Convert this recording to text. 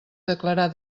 declarar